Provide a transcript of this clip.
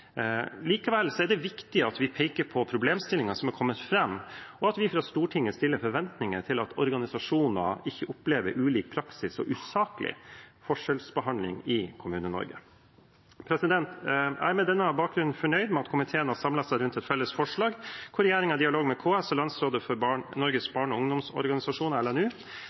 Likevel er det viktig at vi peker på problemstillinger som har kommet fram, og at vi fra Stortinget stiller forventninger til at organisasjoner ikke opplever ulik praksis og usaklig forskjellsbehandling i Kommune-Norge. Jeg er på denne bakgrunn fornøyd med at komiteen har samlet seg rundt et felles forslag, hvor regjeringen i dialog med KS og Landsrådet for Norges barne- og ungdomsorganisasjoner,